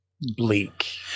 bleak